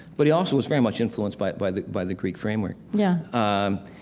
but he also was very much influenced by by the by the greek framework yeah um